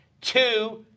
Two